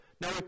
Now